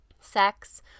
sex